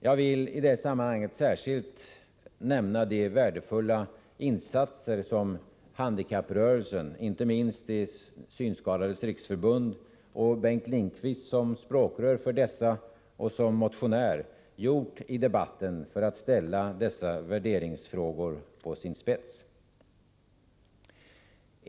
Jag vill särskilt nämna de värdefulla insatser som handikapprörelsen — inte minst Synskadades Riksförbund med Bengt Lindqvist som språkrör och som motionär — gjort för att ställa dessa värderingsfrågor på sin spets.